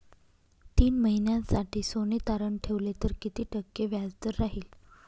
तीन महिन्यासाठी सोने तारण ठेवले तर किती टक्के व्याजदर राहिल?